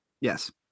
yes